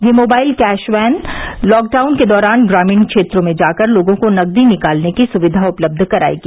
यह mobile cash van lockdown के दौरान ग्रामीण क्षेत्रों में जाकर लोगों को नकदी निकालने की सुविधा उपलब्ध कराएगी